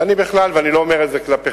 ואני בכלל, ואני לא אומר את זה כלפיכם,